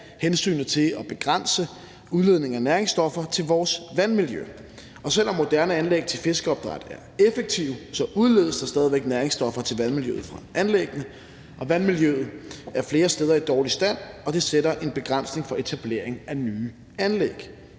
hensynet til at begrænse udledningen af næringsstoffer til vores vandmiljø. Og selv om moderne anlæg til fiskeopdræt er effektive, udledes der stadig væk næringsstoffer til vandmiljøet fra anlæggene, og vandmiljøet er flere steder i dårlig stand, og det sætter en begrænsning for etablering af nye anlæg.